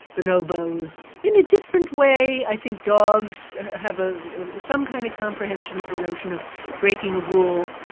bonobos, in a different way i think dogs have ah some kind of comprehension of the notion of breaking a rule,